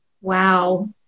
Wow